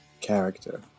character